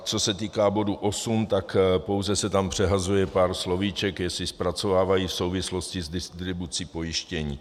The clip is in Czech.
Co se týká bodu 8, tak pouze se tam přehazuje pár slovíček, jestli zpracovávají v souvislosti s distribucí pojištění.